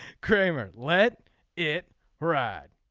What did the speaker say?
cramer let it ride.